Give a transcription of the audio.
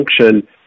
function